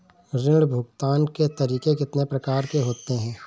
ऋण भुगतान के तरीके कितनी प्रकार के होते हैं?